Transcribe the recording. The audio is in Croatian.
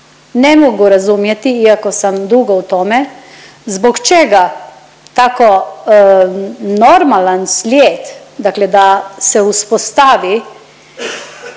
Ne mogu razumjeti iako sam dugo u tome zbog čega tako normalan slijed dakle da se uspostavi